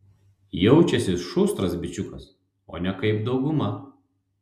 jaučiasi šustras bičiukas o ne kaip dauguma